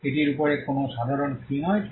এটির উপরে কি কোনও সাধারণ থিম রয়েছে